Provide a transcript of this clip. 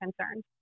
concerned